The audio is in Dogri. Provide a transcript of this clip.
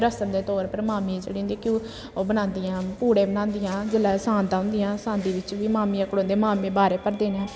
रसम दे तौर पर मामियां जेह्ड़ियां होंदियां घ्यूर ओह् बनांदियां पूड़े बनांदियां जेल्लै सांतां होंदियां सांती बिच्च बी मामियां खड़ोंदियां मामे बारे भरदे न